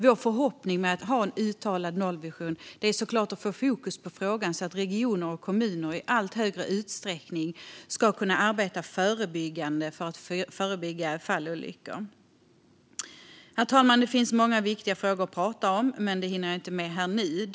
Vår förhoppning med att ha en uttalad nollvision är såklart att sätta fokus på frågan så att kommuner och regioner i allt större utsträckning ska kunna arbeta för att förebygga fallolyckor. Herr talman! Det finns många viktiga frågor att prata om som jag tyvärr inte hinner med här nu.